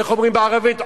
איך אומרים בערבית?